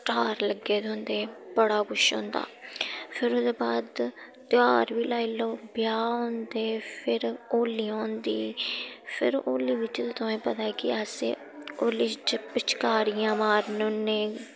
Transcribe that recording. star लग्गे दे होंदे बड़ा कुछ होंदा फिर ओह्दे बाद तेहार बी लाई लैओ ब्याह् होंदे फिर होलियां होंदी फिर होली बिच्च बी तुसें गी पता ऐ कि असें होली च पिचकारियां मारने होन्नें